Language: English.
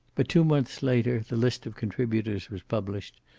but two months later the list of contributors was published,